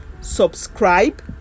Subscribe